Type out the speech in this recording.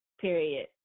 Period